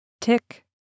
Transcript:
tick